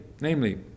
namely